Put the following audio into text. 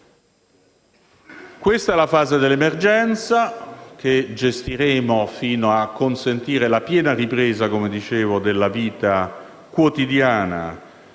Questa è la fase dell'emergenza, che gestiremo fino a consentire la piena ripresa della vita quotidiana